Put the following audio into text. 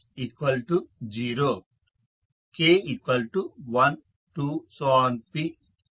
అంటే Rk0k12pk≠j